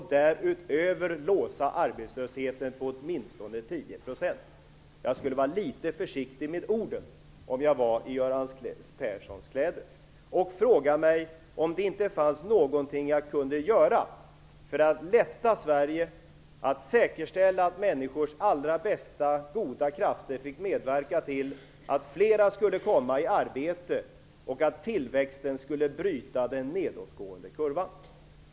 Därutöver kommer arbetslösheten att låsas på åtminstone 10 %. Jag skulle vara litet försiktig med orden om jag var i Göran Perssons kläder. Jag skulle fråga mig om det inte fanns någonting jag kunde göra för att lätta upp läget för Sverige och för att säkerställa att människors bästa krafter fick medverka till att fler kommer i arbete och till att tillväxten bryter den nedåtgående kurvan.